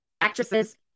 actresses